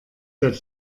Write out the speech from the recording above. der